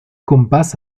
compás